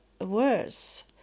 worse